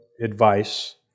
advice